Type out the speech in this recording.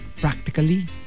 practically